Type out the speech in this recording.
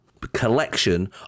Collection